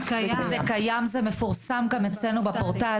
זה קיים, זה מפורסם גם אצלנו בפורטל.